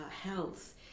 health